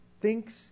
thinks